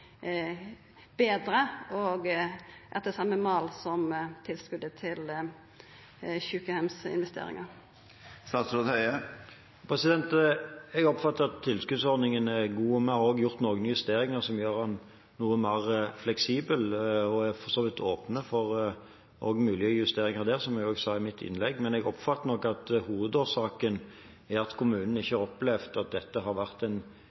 etter same mal som tilskotet til sjukeheimsinvesteringar? Jeg oppfatter det slik at tilskuddsordningen er god. Vi har også gjort noen justeringer, som gjør den noe mer fleksibel. Vi er for så vidt også åpne for mulige justeringer av dette, som jeg også sa i mitt innlegg. Men jeg oppfatter det nok slik at hovedårsaken er at kommunene ikke har opplevd at det har vært